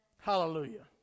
Hallelujah